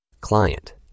client